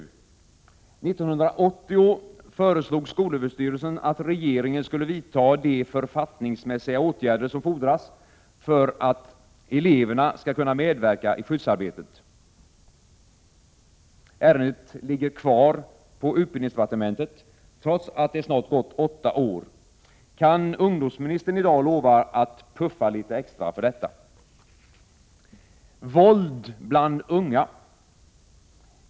År 1980 föreslog skolöverstyrelsen att regeringen skulle vidta de författningsmässiga åtgärder som fordras för att eleverna skall kunna medverka i skyddsarbetet. Ärendet ligger kvar på utbildningsdepartementet — trots att det snart gått åtta år. Kan ungdomsministern i dag lova att ”puffa” litet extra för detta?